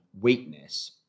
weakness